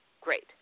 Great